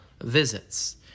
visits